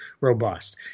robust